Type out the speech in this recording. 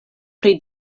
pri